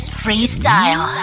freestyle